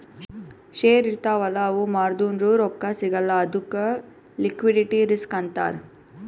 share ಇರ್ತಾವ್ ಅಲ್ಲ ಅವು ಮಾರ್ದುರ್ನು ರೊಕ್ಕಾ ಸಿಗಲ್ಲ ಅದ್ದುಕ್ ಲಿಕ್ವಿಡಿಟಿ ರಿಸ್ಕ್ ಅಂತಾರ್